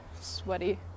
sweaty